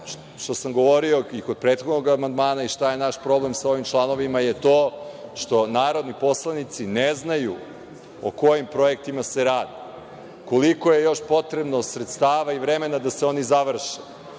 što sam govorio i kod prethodnog amandmana i šta je naš problem sa ovim članovima je to što narodni poslanici ne znaju o kojim projektima se radi, koliko je još potrebno sredstava i vremena da se oni završe,